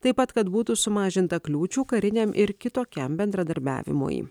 taip pat kad būtų sumažinta kliūčių kariniam ir kitokiam bendradarbiavimui